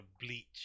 Bleach